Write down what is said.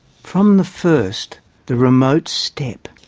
from the first the remote steppe,